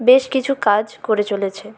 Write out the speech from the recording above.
বেশ কিছু কাজ করে চলেছে